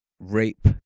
rape